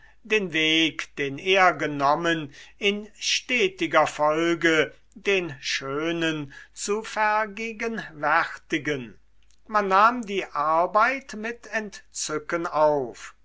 den weg den er genommen in stetiger folge den schönen zu vergegenwärtigen man nahm die arbeit mit entzücken auf